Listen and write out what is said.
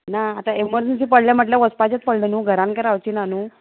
ना आतां एमरजंसी पडले म्हटल्यार वचपाचेंच पडलें न्हू घरान कांय रावची ना न्हू